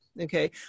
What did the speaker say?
Okay